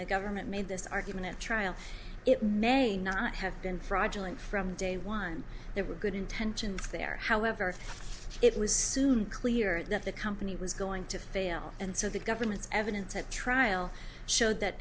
the government made this argument at trial it may not have been fraudulent from day one there were good intentions there however it was soon clear that the company was going to fail and so the government's evidence at trial showed that